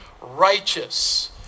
righteous